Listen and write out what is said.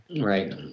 Right